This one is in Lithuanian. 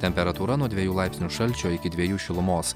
temperatūra nuo dviejų laipsnių šalčio iki dviejų šilumos